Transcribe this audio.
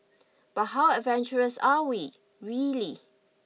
but how adventurous are we really